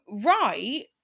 right